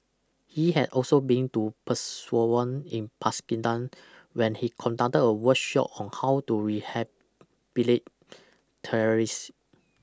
he had also been to Peshawar in Pakistan where he conducted a workshop on how to rehabilitate terrorists